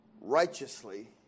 righteously